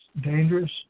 dangerous